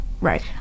right